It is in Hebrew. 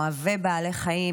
אוהבי בעלי חיים,